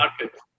market